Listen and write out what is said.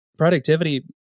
Productivity